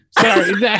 Sorry